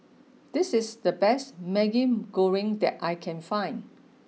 this is the best Maggi Goreng that I can find